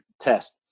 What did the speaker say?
test